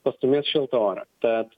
pastūmės šiltą orą tad